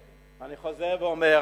אני חוזר ואומר,